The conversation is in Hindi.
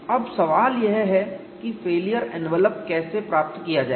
अब सवाल यह है कि फेलियर एनवेलप कैसे प्राप्त किया जाए